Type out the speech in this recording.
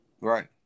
Right